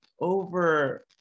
over